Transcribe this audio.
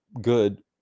good